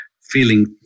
feeling